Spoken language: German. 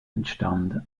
entstand